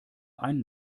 ein